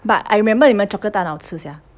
but I remember 你们的 chocolate tart 很好吃 sia